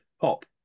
pop